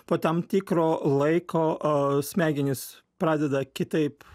po tam tikro laiko o smegenys pradeda kitaip